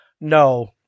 no